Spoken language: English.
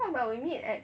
what about we meet at